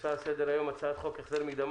הנושא על סדר-היום: הצעת חוק החזר מקדמה